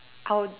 I'll